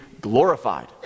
glorified